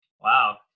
Wow